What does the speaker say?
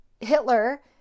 Hitler